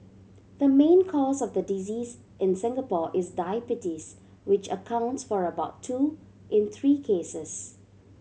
the main cause of the disease in Singapore is diabetes which accounts for about two in three cases